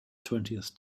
twentieth